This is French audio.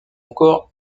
encore